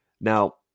Now